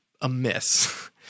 amiss